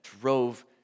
drove